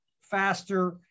faster